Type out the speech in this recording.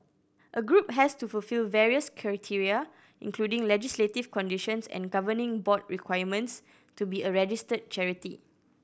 a group has to fulfil various criteria including legislative conditions and governing board requirements to be a registered charity